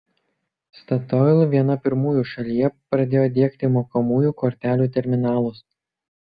statoil viena pirmųjų šalyje pradėjo diegti mokamųjų kortelių terminalus